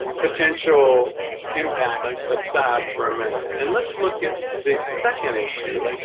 potential impact aside for a minute and let's look at the second issue